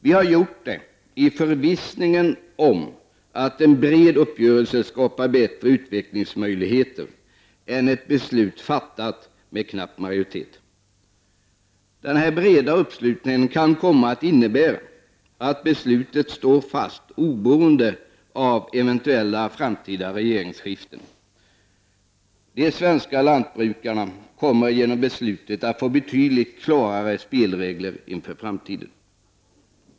Vi har gjort det i förvissning om att en bred uppgörelse skapar bättre utvecklingsmöjligheter än ett beslut fattat med knapp majoritet. Den breda uppslutningen kan komma att innebära att beslutet står fast oberoende av eventuella framtida regeringsskiften. De svenska lantbrukarna kommer med detta beslut att få betydligt klarare spelregler inför framtiden.